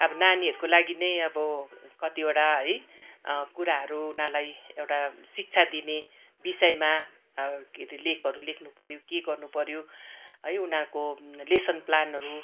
आबो नानीहरूको लागि नै आबो कतिवडा है कुराहरू उनारलाई एउटा शिक्षा दिने विषयमा के हरे लेखहरू लेख्नु पऱ्यो के गर्नु पऱ्यो है उनारको लेशन प्लानहरू